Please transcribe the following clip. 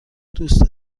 دوست